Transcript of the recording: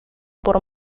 por